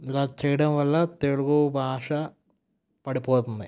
ఇలా చేయడం వల్ల తెలుగు భాష పడిపోతుంది